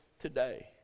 today